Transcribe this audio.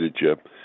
chip